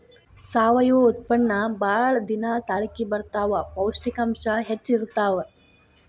ಸಾವಯುವ ಉತ್ಪನ್ನಾ ಬಾಳ ದಿನಾ ತಾಳಕಿ ಬರತಾವ, ಪೌಷ್ಟಿಕಾಂಶ ಹೆಚ್ಚ ಇರತಾವ